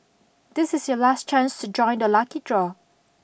this is your last chance to join the lucky draw